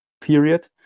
period